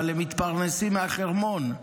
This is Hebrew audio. אבל הם מתפרנסים מהחרמון.